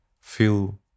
feel